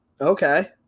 Okay